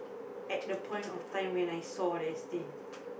at the point of time when I saw there is thing